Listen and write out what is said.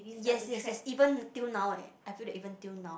yes yes yes even till now leh I feel that even till now